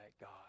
God